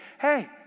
hey